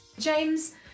James